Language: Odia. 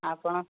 ଆପଣ